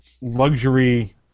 luxury